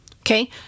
Okay